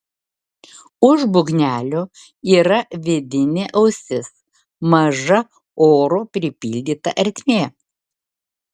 už būgnelio yra vidinė ausis maža oro pripildyta ertmė